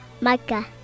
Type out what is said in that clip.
Micah